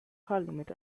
parliament